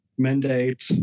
Mandate